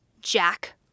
Jack